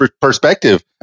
perspective